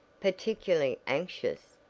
particularly anxious?